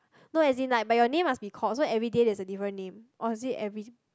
no as in like but your name must be called so everyday there's a different name or is it every